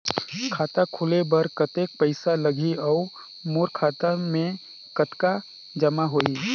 खाता खोले बर कतेक पइसा लगही? अउ मोर खाता मे कतका जमा होही?